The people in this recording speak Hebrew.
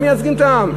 הם מייצגים את העם?